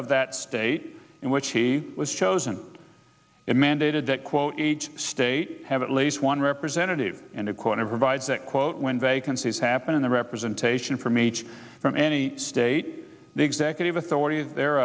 of that state in which he was chosen it mandated that quote each state have at least one representative in a corner provides that quote when vacancies happen in the representation from each from any state executive authorities there